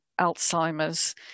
Alzheimer's